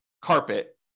carpet